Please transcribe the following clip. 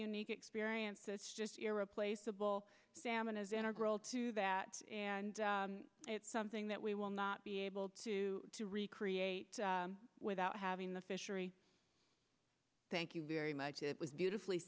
unique experience that's just irreplaceable sammon is integral to that and it's something that we will not be able to recreate without having the fishery thank you very much it was beautifully